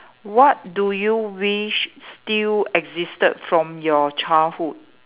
what do you wish still existed from your childhood